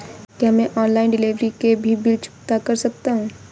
क्या मैं online delivery के भी बिल चुकता कर सकता हूँ?